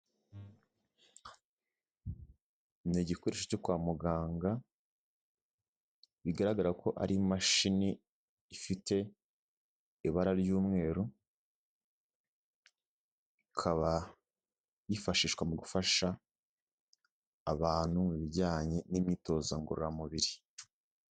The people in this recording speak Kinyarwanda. Ni igikoresho cyo kwa muganga bigaragara ko ari imashini ifite ibara ry'umweru, ikaba yifashishwa mu gufasha abantu mu bijyanye n'imyitozo ngororamubiri.